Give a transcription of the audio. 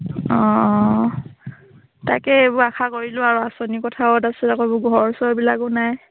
অঁ তাকে এইবোৰ আশা কৰিলোঁ আৰু আঁচনি কথাত ঘৰ চৰবিলাকো নাই